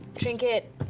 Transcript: trinket